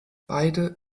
beide